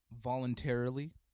voluntarily